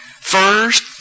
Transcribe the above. First